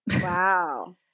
Wow